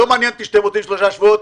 לא מעניין אותי שאתם רוצים שלושה שבועות.